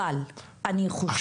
אני חושבת